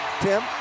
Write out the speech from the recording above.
Tim